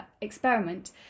experiment